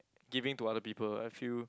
giving to other people I feel